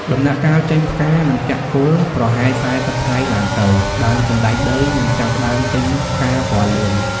ដំណាក់កាលចេញផ្កា និងចាក់គល់ ប្រហែល ៤០ ថ្ងៃឡើងទៅ ដើមសណ្ដែកដីនឹងចាប់ផ្តើមចេញផ្កាពណ៌លឿង។